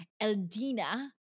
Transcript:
Eldina